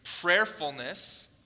prayerfulness